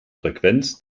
frequenz